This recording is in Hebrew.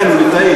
כן, הוא ליטאי.